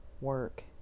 work